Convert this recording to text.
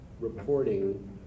reporting